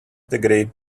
degree